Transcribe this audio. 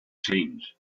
change